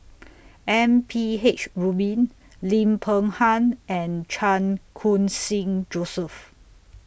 M P H Rubin Lim Peng Han and Chan Khun Sing Joseph